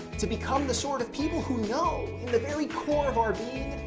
to become the sort of people who know, in the very core of our being,